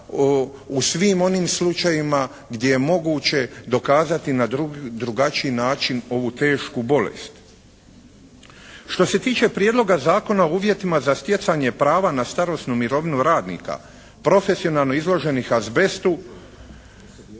u svim onim slučajevima gdje je moguće dokazati na drugačiji način ovu tešku bolest. Što se tiče Prijedloga zakona o uvjetima za stjecanje prava na starosnu mirovinu radnika profesionalno izloženih azbestu